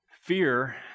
Fear